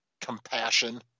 compassion